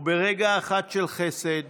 וברגע אחד של חסד